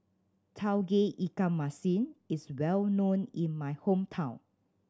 Tauge Ikan Masin is well known in my hometown